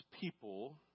people